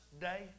day